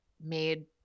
made